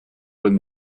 with